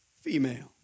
female